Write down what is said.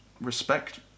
Respect